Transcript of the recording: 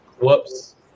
whoops